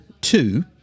two